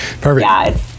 Perfect